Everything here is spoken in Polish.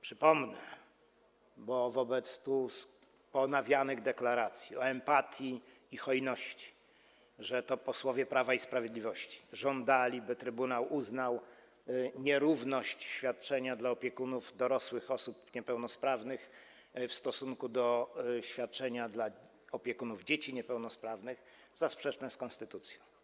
Przypomnę wobec ponawianych tu deklaracji o empatii i hojności, że to posłowie Prawa i Sprawiedliwości żądali, by trybunał uznał nierówność świadczenia dla opiekunów dorosłych osób niepełnosprawnych w stosunku do świadczenia dla opiekunów dzieci niepełnosprawnych za sprzeczną z konstytucją.